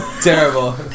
Terrible